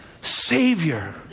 savior